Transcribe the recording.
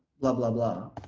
blah blah blah